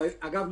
אגב,